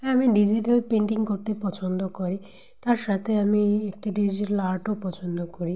হ্যাঁ আমি digital painting করতে পছন্দ করি তার সাথে আমি একটি ডিজিটাল আর্টও পছন্দ করি